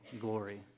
glory